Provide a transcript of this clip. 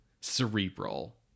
cerebral